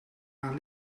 haar